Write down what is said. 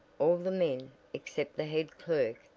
all the men, except the head clerk,